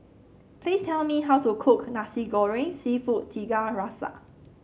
please tell me how to cook Nasi Goreng seafood Tiga Rasa